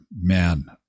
Man